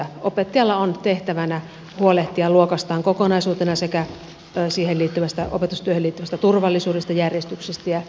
opettajalla on tehtävänä huolehtia luokastaan kokonaisuutena sekä opetustyöhön liittyvästä turvallisuudesta järjestyksestä ja hyvinvoinnista